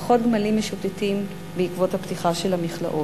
פחות גמלים משוטטים בעקבות הפתיחה של המכלאות.